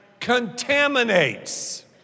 contaminates